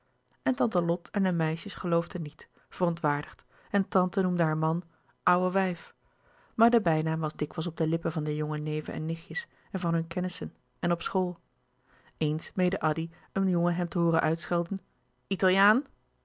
en tante lot en de meisjes geloofden niet verontwaardigd en tante noemde haar man ouwe wijf maar de bijnaam was dikwijls op de lippen van de jonge neven en nichtjes en van hun kennissen en op school eens meende addy een jongen hem te hooren uitschelden italiaan